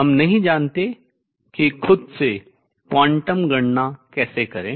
हम नहीं जानते कि खुद से क्वांटम गणना कैसे करें